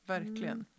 Verkligen